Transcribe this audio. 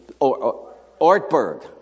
Ortberg